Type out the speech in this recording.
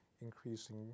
increasing